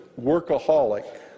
workaholic